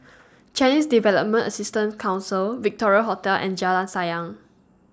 Chinese Development Assistance Council Victoria Hotel and Jalan Sayang